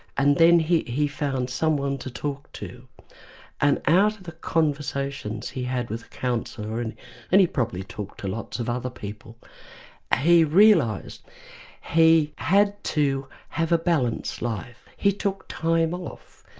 and then he he found someone to talk to and out of the conversations he had with a counsellor and and he probably talked to lots of other people he realised he had to have a balanced life. he took time off,